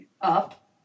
up